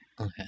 Okay